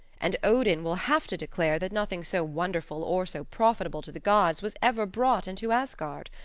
and odin will have to declare that nothing so wonderful or so profitable to the gods was ever brought into asgard.